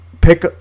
pick